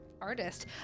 artist